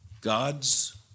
God's